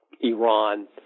Iran